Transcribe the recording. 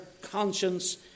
conscience